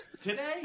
today